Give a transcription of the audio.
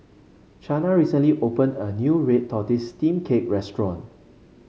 Chana recently opened a new Red Tortoise Steamed Cake restaurant